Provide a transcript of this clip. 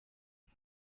and